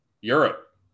Europe